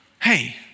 Hey